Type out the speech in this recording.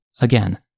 Again